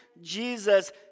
Jesus